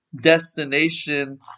destination